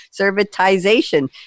servitization